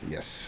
Yes